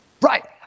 Right